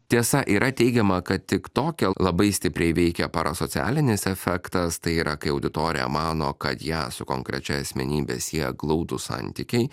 tiesa yra teigiama kad tik toke labai stipriai veikia para socialinis efektas tai yra kai auditorija mano kad ją su konkrečia asmenybe sieja glaudūs santykiai